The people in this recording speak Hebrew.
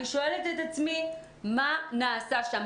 אני שואלת את עצמי מה נעשה שם.